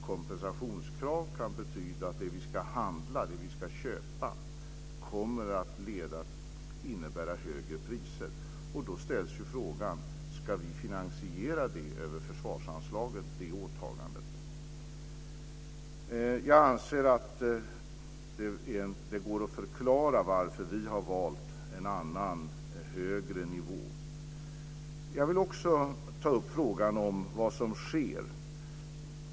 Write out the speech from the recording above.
Kompensationskrav kan betyda att det kan innebära högre priser på det som vi ska köpa. Och då ställs ju frågan: Ska vi finansiera det åtagandet över försvarsanslaget? Jag anser att det går att förklara varför vi har valt en annan högre nivå. Jag vill också ta upp frågan om vad som sker.